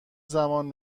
زمان